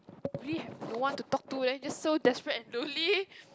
really no one to talk to then just so desperate and lonely